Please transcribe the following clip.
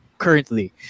Currently